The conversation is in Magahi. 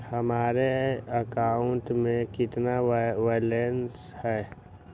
हमारे अकाउंट में कितना बैलेंस है?